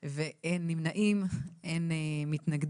נגד - אין נמנעים - אין אושר.